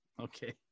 Okay